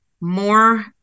more